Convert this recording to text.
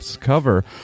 cover